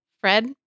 Fred